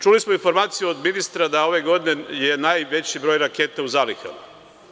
Čuli smo informaciju od ministra da ove godine je najveći broj raketa u zalihama.